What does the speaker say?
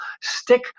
stick